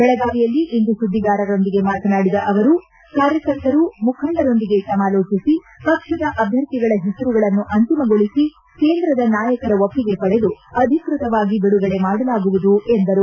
ಬೆಳಗಾವಿಯಲ್ಲಿಂದು ಸುದ್ವಿಗಾರರೊಂದಿಗೆ ಮಾತನಾಡಿದ ಅವರು ಕಾರ್ಯಕರ್ತರು ಮುಖಂಡರೊಂದಿಗೆ ಸಮಾಲೋಚಿಸಿ ಪಕ್ಷದ ಅಭ್ಯರ್ಥಿಗಳ ಹೆಸರುಗಳನ್ನು ಅಂತಿಮಗೊಳಿಸಿ ಕೇಂದ್ರದ ನಾಯಕರ ಒಪ್ಪಿಗೆ ಪಡೆದು ಅಧಿಕೃತವಾಗಿ ಬಿಡುಗಡೆ ಮಾಡಲಾಗುವುದು ಎಂದರು